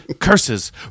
Curses